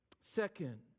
Second